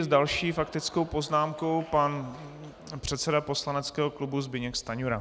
S další faktickou poznámkou pan předseda poslaneckého klubu Zbyněk Stanjura.